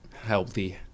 healthy